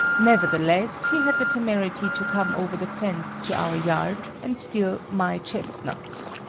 nevertheless he had the temerity to come over the fence to our yard and steal my chestnuts.